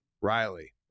riley